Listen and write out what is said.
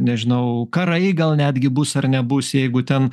nežinau karai gal netgi bus ar nebus jeigu ten